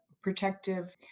protective